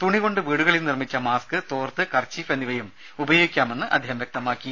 തുണികൊണ്ട് വീടുകളിൽ നിർമ്മിച്ച മാസ്ക് തോർത്ത് കർച്ചീഫ് എന്നിവയും ഉപയോഗിക്കാമെന്ന് അദ്ദേഹം വ്യക്തമാക്കി